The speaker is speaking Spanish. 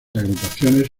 agrupaciones